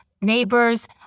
neighbors